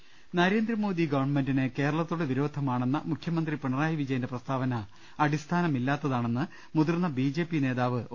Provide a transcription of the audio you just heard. ് നരേന്ദ്രമോദി ഗവൺമെന്റിന് കേരളത്തോട് വിരോധമാണെന്ന മുഖ്യമന്ത്രി പിണറായി വിജയന്റെ പ്രസ്താവന അടിസ്ഥാനമില്ലാത്തതാ ണെന്ന് മുതിർന്ന ബി ജെ പി നേതാവ് ഒ